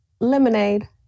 Lemonade